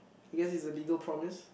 I guess it's a legal promise